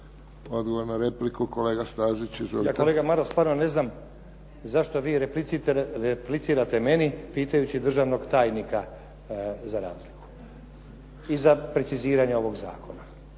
**Stazić, Nenad (SDP)** Ja kolega Maras stvarno ne znam zašto vi replicirate meni pitajući državnog tajnika za razliku i za preciziranje ovog zakona.